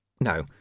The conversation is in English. No